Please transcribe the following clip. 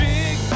big